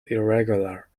irregular